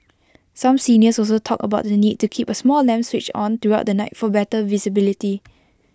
some seniors also talked about the need to keep A small lamp switched on throughout the night for better visibility